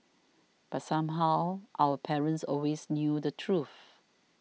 but somehow our parents always knew the truth